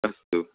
अस्तु